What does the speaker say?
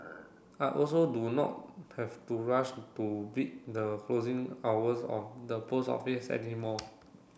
I also do not have to rush to beat the closing hours of the post office any more